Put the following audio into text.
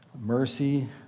Mercy